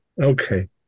Okay